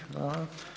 Hvala.